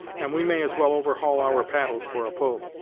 and we may as well overhaul our paddles for a pull.